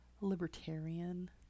libertarian